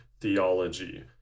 theology